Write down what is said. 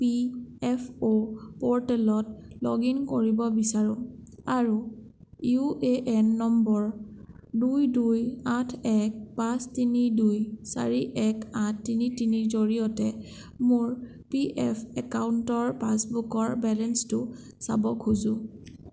P F অ' প'ৰ্টেলত log in কৰিব বিচাৰোঁ আৰু ইউ এ এন নম্বৰ দুই দুই আঠ এক পাঁচ তিনি দুই চাৰি এক আঠ তিনি তিনিৰ জৰিয়তে মোৰ পি এফ একাউণ্টৰ পাছবুকৰ বেলেঞ্চটো চাব খোজো